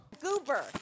Goober